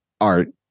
art